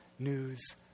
News